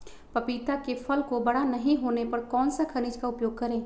पपीता के फल को बड़ा नहीं होने पर कौन सा खनिज का उपयोग करें?